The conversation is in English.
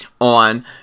on